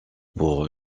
pour